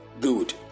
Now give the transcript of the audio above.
good